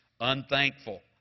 unthankful